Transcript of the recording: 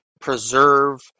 preserve